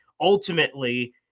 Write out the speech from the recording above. ultimately